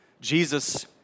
Jesus